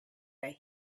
that